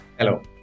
Hello